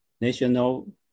national